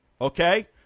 okay